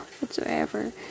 whatsoever